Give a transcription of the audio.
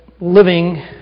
Living